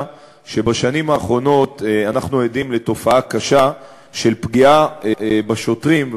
שבשנים האחרונות אנו עדים לתופעה קשה של פגיעה בשוטרים,